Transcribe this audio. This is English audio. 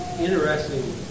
Interesting